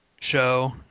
show